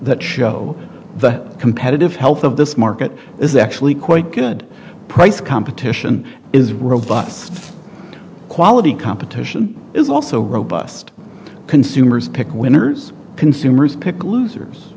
that show the competitive health of this market is actually quite good price competition is robust quality competition is also robust consumers pick winners consumers pick losers